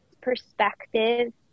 perspective-